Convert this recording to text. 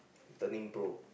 turning pro